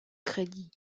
crédit